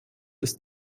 ist